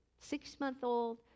six-month-old